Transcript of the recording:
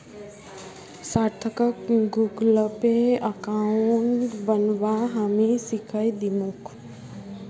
सार्थकक Google Pay account बनव्वा हामी सीखइ दीमकु